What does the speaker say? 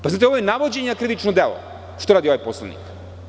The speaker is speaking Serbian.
Pazite, ovo je navođenje na krivično delo, što radi ovaj poslanik.